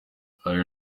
hari